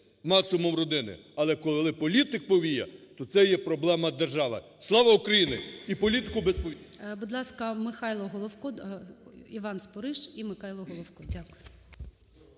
максимум родини, але коли політик - повія, то це є проблема держави. Слава Україні! І політику без повій.